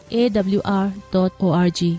awr.org